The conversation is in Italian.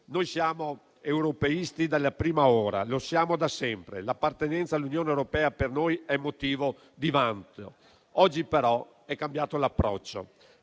Noi siamo europeisti della prima ora, lo siamo da sempre. L'appartenenza all'Unione europea per noi è motivo di vanto. Oggi, però, è cambiato l'approccio: